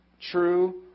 true